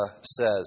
says